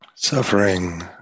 Suffering